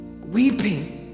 weeping